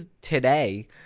today